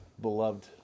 beloved